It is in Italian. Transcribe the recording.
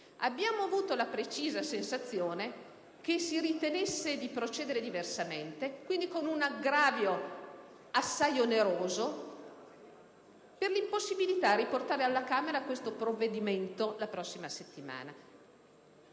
Abbiamo avuto la precisa sensazione che si ritenesse di procedere diversamente, quindi con un aggravio assai oneroso, per l'impossibilità di portare alla Camera questo provvedimento la prossima settimana.